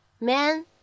Man